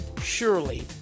surely